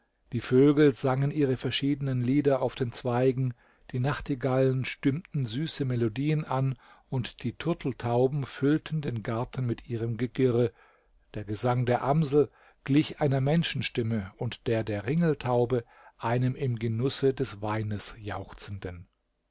die vögel sangen ihre verschiedenen lieder auf den zweigen die nachtigallen stimmten süße melodien an und die turteltauben füllten den garten mit ihrem gegirre der gesang der amsel glich einer menschenstimme und der der ringeltaube einem im genusse des weines jauchzenden